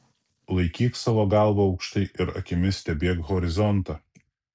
laikyk savo galvą aukštai ir akimis stebėk horizontą